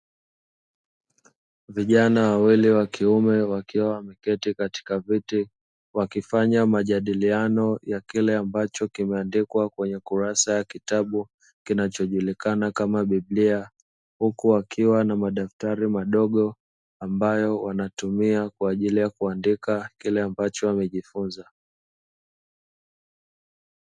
Vijana wawili wa kiume wakiwa wameketi katika viti wakifanya majadiliano ya kile ambacho kimeandikwa kwenye kurasa ya kitabu kinachojulikana kama Biblia, huku wakiwa na madaftari madogo ambayo wanatumia kwa ajili ya kuandika kile ambacho wamejifunza.